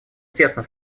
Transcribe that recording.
тесно